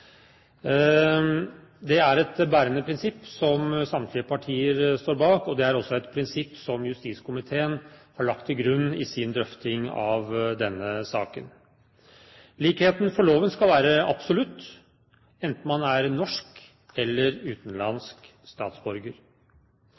Det er et bærende prinsipp som samtlige partier står bak, og det er også et prinsipp som justiskomiteen har lagt til grunn i sin drøfting av denne saken. Likheten for loven skal være absolutt, enten man er norsk eller